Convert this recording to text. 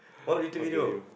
what YouTube video